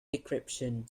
decryption